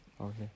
Okay